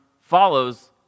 follows